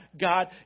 God